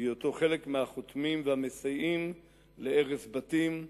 בהיותו חלק מהחותמים והמסייעים להרס בתים,